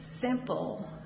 simple